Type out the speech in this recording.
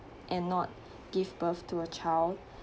and not give birth to a child